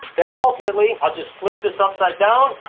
then ultimately, i'll just flip this upside down,